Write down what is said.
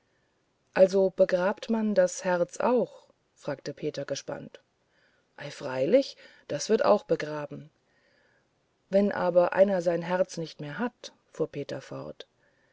also begrabt man das herz auch fragte peter gespannt ei freilich das wird auch begraben wenn aber einer sein herz nicht mehr hat fuhr peter fort